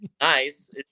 Nice